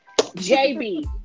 JB